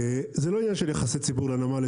זה לא עניין של יחסי ציבור לנמל,